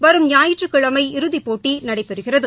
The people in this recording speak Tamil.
வரும் ஞாயிற்றுக்கிழமை இறுதிப்போட்டி நடைபெறுகிறது